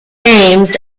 names